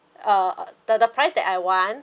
uh the the price that I want